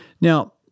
Now